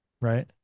right